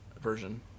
version